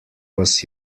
was